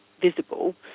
visible